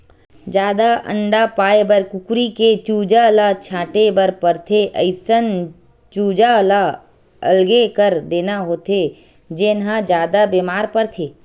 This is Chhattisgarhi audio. जादा अंडा पाए बर कुकरी के चूजा ल छांटे बर परथे, अइसन चूजा ल अलगे कर देना होथे जेन ह जादा बेमार परथे